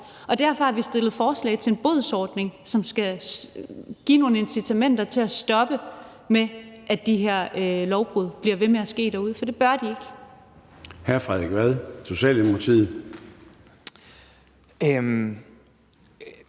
og derfor har vi stillet et forslag til en bodsordning, som skal give nogle incitamenter til at stoppe med, at de her lovbrud bliver ved med at ske derude. For det bør de ikke. Kl. 14:07 Formanden (Søren Gade):